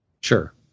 Sure